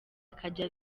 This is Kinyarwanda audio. akajya